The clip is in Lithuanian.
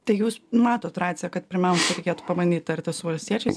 tai jūs matot raciją kad pirmiausia reikėtų pabandyt tartis su valstiečiais